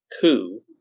coup